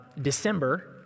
December